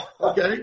Okay